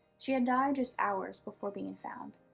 she had died just hours before being and found.